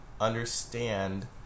understand